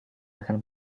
akan